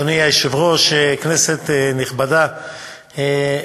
אדוני היושב-ראש, כנסת נכבדה,